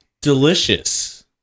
Delicious